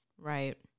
Right